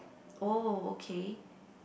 oh okay